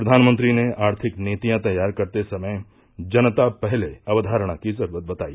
प्रधानमंत्री ने आर्थिक नीतियां तैयार करते समय जनता पहले अक्वारणा की जरूरत बताई